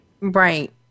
Right